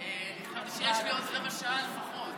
אני חשבתי שיש לי עוד רבע שעה לפחות.